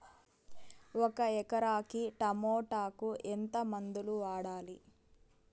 ఒక ఎకరాకి టమోటా కు ఎంత మందులు వాడాలి?